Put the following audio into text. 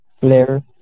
flare